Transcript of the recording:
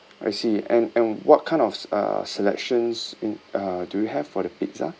I see and and what kind of uh selections in uh do you have for the pizza